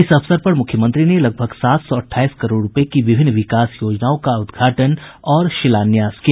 इस अवसर पर मुख्यमंत्री ने लगभग सात सौ अठाईस करोड़ रूपये की विभिन्न विकास योजनाओं का उद्घाटन और शिलान्यास किया